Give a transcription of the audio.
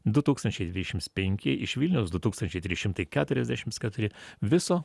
du tūkstančiai dvidešimts penki iš vilniaus du tūkstančiai trys šimtai keturiasdešimts keturi viso